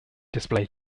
display